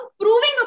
proving